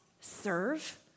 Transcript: serve